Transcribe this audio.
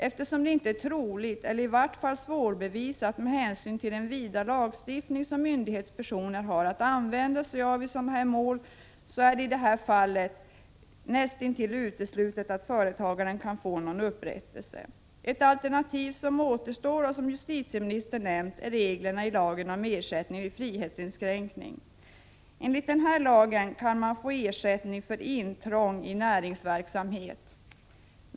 Eftersom det inte är troligt eller i varje fall svårbevisat med hänsyn till den vida lagstiftning som myndighetspersoner har att använda sig av i sådana här mål, är det i det här fallet näst intill uteslutet att företagaren kan få någon upprättelse. Ett alternativ som återstår och som justitieministern nämnt är reglerna i lagen om ersättning vid frihetsinskränkning. Enligt den lagen kan man få ersättning för intrång i näringsverksamheten.